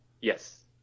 Yes